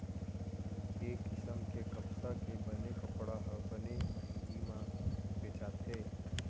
ए किसम के कपसा के बने कपड़ा ह बने मंहगी म बेचाथे